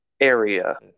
area